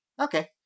okay